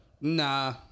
Nah